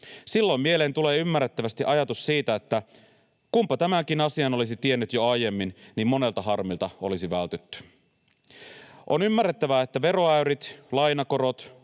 Silloin mieleen tulee ymmärrettävästi ajatus, että kunpa tämänkin asian olisi tiennyt jo aiemmin, niin monelta harmilta olisi vältytty. On ymmärrettävää, että veroäyrit, lainakorot,